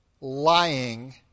lying